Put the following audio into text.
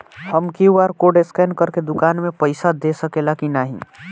हम QR code scan करके दुकान में पईसा दे सकेला की नाहीं?